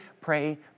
pray